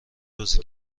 بازی